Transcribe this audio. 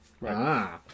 Right